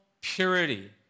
purity